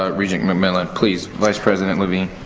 ah regent mcmillan. please, vice president levine.